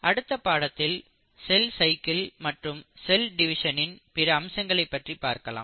அடுத்த பாடத்தில் cell cycle மற்றும் செல் டிவிஷன்னின் பிற அம்சங்களைப் பற்றி பார்க்கலாம்